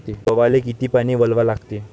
गव्हाले किती पानी वलवा लागते?